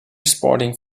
sporting